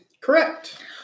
Correct